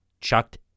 chucked